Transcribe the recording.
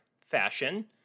fashion